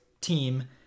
team